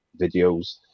videos